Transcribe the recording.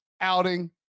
outing